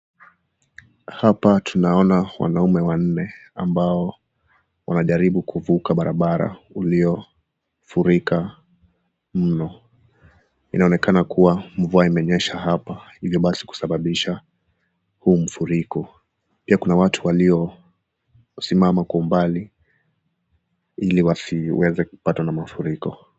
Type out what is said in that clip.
Hapa tunaona wanaume wanne ambao wanajaribu kuvuka barabara uliyo furika mno. Inaonekana kuwa, mvua imenyesha hapa hivyo basi kusababisha huu mfuriko. Pia kuna watu waliosimama mbali wasiweze kupatwa na hii mafuriko.